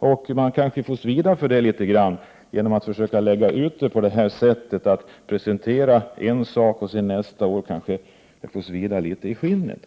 Tanken kanske är att man presenterar en sak ett år för att nästa år låta det svida i skinnet.